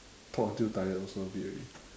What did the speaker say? talk until tired also a bit already